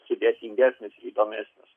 sudėtingesnis įdomesnis